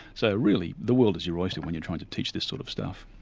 so really, the world is your oyster when you're trying to teach this sort of stuff.